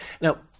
Now